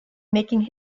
making